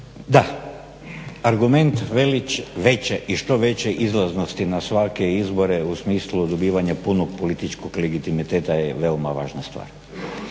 Da, argument veće i što veće izlaznosti na svake izbore u smislu dobivanja punog političkog legitimiteta je veoma važna stvar.